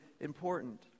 important